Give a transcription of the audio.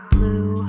Blue